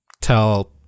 tell